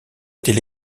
était